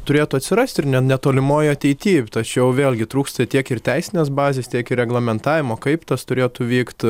turėtų atsirasti ir ne netolimoj ateity tačiau vėlgi trūksta tiek ir teisinės bazės tiek ir reglamentavimo kaip tas turėtų vykt